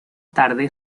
tarde